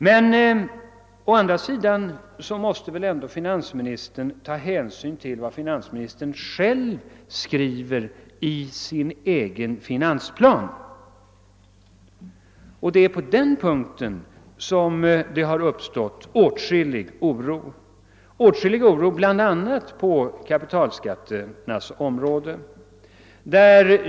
Men finansministern måste väl ta hänsyn till vad han själv skriver i finansplanen. Det är på denna punkt som det uppstått åtskillig oro, bl.a. beträffande kapitalskatterna.